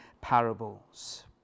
parables